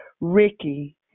Ricky